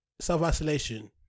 self-isolation